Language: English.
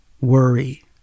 worry